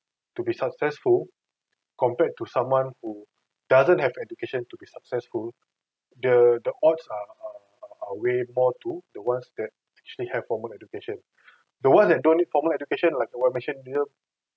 to be successful compared to someone who doesn't have education to be successful the the odds are are are way more to the ones that actually have formal education the ones that don't need formal education like the ones I mentioned here